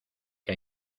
que